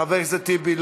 חבר הכנסת טיבי,